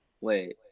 wait